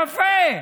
יפה.